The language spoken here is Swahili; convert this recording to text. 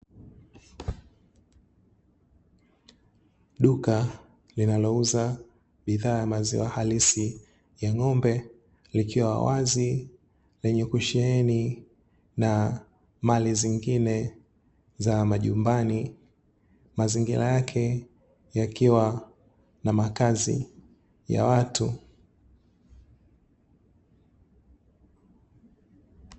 Duka linalouza bidhaa maziwa halisi ya ng'ombe, likiwa wazi lenye kusheheni na mali zingine za majumbani, mazingira yake yakiwa na makazi ya watu.